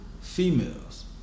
females